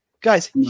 Guys